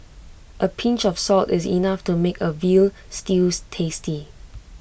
A pinch of salt is enough to make A Veal Stews tasty